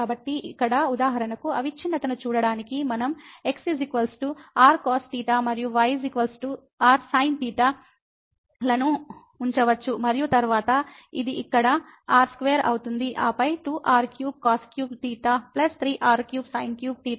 కాబట్టి ఇక్కడ ఉదాహరణకు అవిచ్ఛిన్నతను చూడటానికి మనం x rcosθ మరియు y rsinθ లను ఉంచవచ్చు మరియు తరువాత ఇది ఇక్కడ r2 అవుతుంది ఆపై 2r3cos3θ 3r3sin3θ మరియు లిమిట్ r → 0